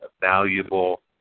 valuable